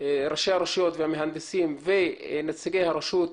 ראשי הרשויות והמהנדסים ונציגי הרשות,